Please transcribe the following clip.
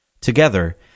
Together